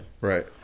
Right